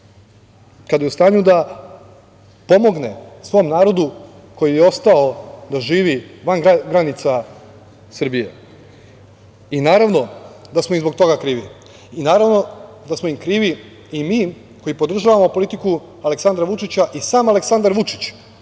kada je u stanju da pomogne svom narodu koji je ostao da živi van granica Srbije. Naravno da smo zbog toga krivi i naravno da smo im krivi i mi koji podržavamo politiku Aleksandra Vučića i sam Aleksandar Vučić